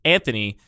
Anthony